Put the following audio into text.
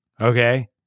Okay